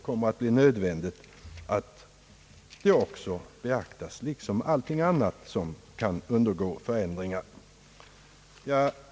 Det är nödvändigt att så sker, liksom allting annat måste beaktas som kan undergå förändringar.